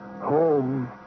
home